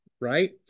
right